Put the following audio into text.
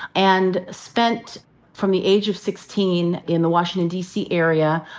and spent from the age of sixteen in the washington, dc area,